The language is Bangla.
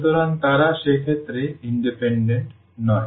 সুতরাং তারা সেক্ষেত্রে ইন্ডিপেন্ডেন্ট নয়